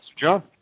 John